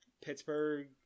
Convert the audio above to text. pittsburgh